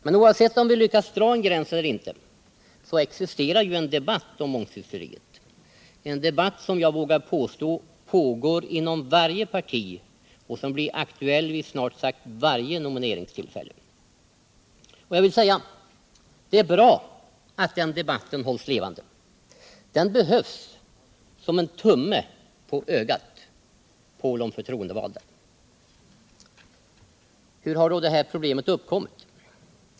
Men oavsett om vi lyckas dra en gräns eller inte förs det ju en debatt om mångsyssleriet, en debatt som jag vågar påstå pågår inom varje parti och som blir aktuell vid snart sagt varje nomineringstillfälle. Och jag vill säga att det är bra att den debatten hålls levande. Den behövs som en tumme på ögat på de förtroendevalda. Hur har då det här problemet uppkommit?